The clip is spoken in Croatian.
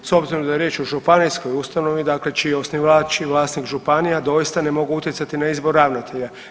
S obzirom da je riječ o županijskoj ustanovi, dakle čiji je osnivač i vlasnik županija, doista ne mogu utjecati na izbor ravnatelja.